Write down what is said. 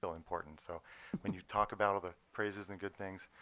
so important. so when you talk about all the praises and good things,